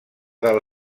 del